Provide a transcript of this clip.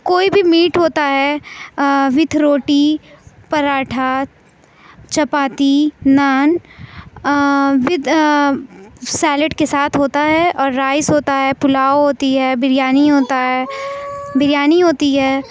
کوئی بھی میٹ ہوتا ہے with roti paratha chapati naan with salad کے ساتھ ہوتا ہے اور رائس ہوتا ہے پلاؤ ہوتی ہے بریانی ہوتا ہے بریانی ہوتی ہے